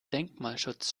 denkmalschutz